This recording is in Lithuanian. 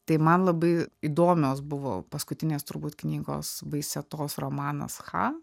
tai man labai įdomios buvo paskutinės turbūt knygos vaisetos romanas cha